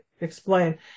explain